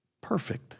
perfect